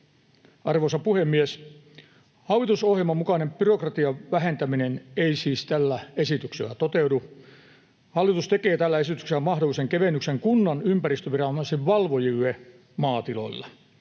Arvoisa puhemies! Hallitusohjelman mukainen byrokratian vähentäminen ei siis tällä esityksellä toteudu. Hallitus tekee tällä esityksellä mahdollisen kevennyksen kunnan ympäristöviranomaisen valvojille maatiloilla,